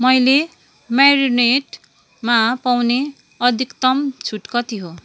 मैले म्यारिनेटमा पाउने अधिकतम छुट कति हो